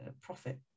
profit